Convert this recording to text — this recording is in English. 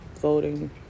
voting